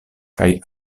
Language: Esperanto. kaj